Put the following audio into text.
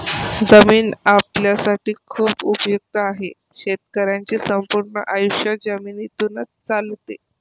जमीन आपल्यासाठी खूप उपयुक्त आहे, शेतकऱ्यांचे संपूर्ण आयुष्य जमिनीतूनच चालते